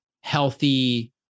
healthy